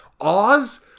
Oz